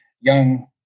young